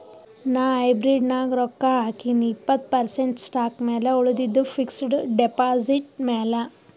ನಾ ಹೈಬ್ರಿಡ್ ನಾಗ್ ರೊಕ್ಕಾ ಹಾಕಿನೀ ಇಪ್ಪತ್ತ್ ಪರ್ಸೆಂಟ್ ಸ್ಟಾಕ್ ಮ್ಯಾಲ ಉಳಿದಿದ್ದು ಫಿಕ್ಸಡ್ ಡೆಪಾಸಿಟ್ ಮ್ಯಾಲ